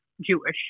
Jewish